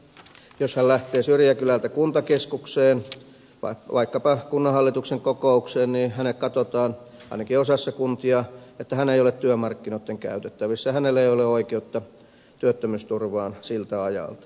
jos hän lähtee syrjäkylältä kuntakeskukseen vaikkapa kunnanhallituksen kokoukseen niin ainakin osassa kuntia katsotaan että hän ei ole työmarkkinoitten käytettävissä hänellä ei ole oikeutta työttömyysturvaan siltä ajalta